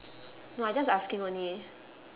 no I just asking only